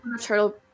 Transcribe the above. turtle